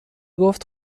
گفت